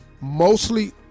mostly